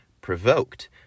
provoked